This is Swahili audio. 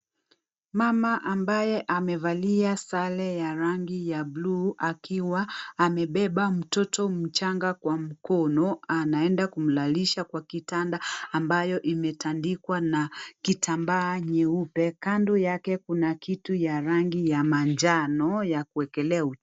Mama ambaye amevalia sare ya rangi ya buluu akiwa amebeba mtoto mchanga kwa mkono anaenda kumlalisha kwa kitanda ambayo imetandikwa na kitambaa nyeupe, kando yake kuna kitu ya rangi ya manjano ya kuekelea uku...